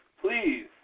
please